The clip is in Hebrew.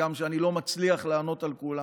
הגם שאני לא מצליח לענות על כולן,